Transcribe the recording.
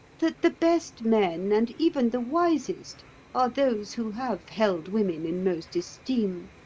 that the best men and even the wisest are those who have held women in most esteem?